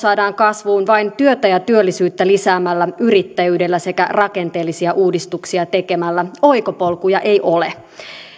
saadaan kasvuun vain työtä ja työllisyyttä lisäämällä yrittäjyydellä sekä rakenteellisia uudistuksia tekemällä oikopolkuja ei ole